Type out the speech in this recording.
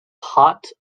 hot